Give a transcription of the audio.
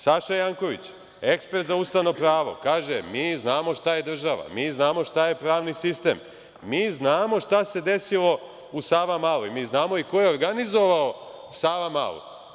Saša Janković, ekspert za ustavno pravo, kaže, mi znamo šta je država, mi znamo šta je pravni sistem, mi znamo šta se desilo u Savamali, znamo i ko je organizovao Savamalu.